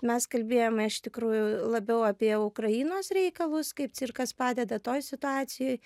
mes kalbėjome iš tikrųjų labiau apie ukrainos reikalus kaip cirkas padeda toj situacijoj